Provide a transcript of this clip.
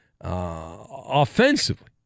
offensively